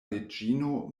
reĝino